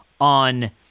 on